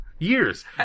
Years